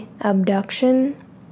abduction